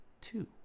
two